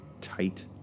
tight